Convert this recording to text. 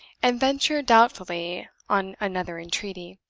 and ventured doubtfully on another entreaty.